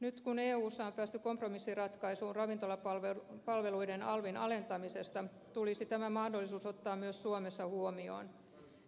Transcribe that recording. nyt kun eussa on päästy kompromissiratkaisuun ravintolapalveluiden alvin alentamisesta tulisi tämä mahdollisuus ottaa myös suomessa huomioon